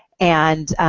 and